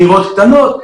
דירות קטנות.